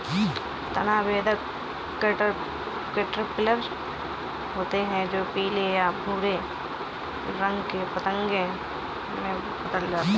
तना बेधक कैटरपिलर होते हैं जो पीले या भूरे रंग के पतंगे में बदल जाते हैं